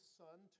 son